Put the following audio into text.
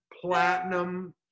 platinum